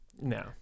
No